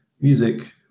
music